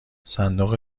صندوق